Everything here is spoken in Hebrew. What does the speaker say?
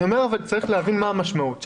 צריך להבין מה המשמעות.